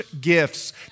gifts